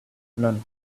none